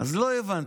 אז לא הבנתי.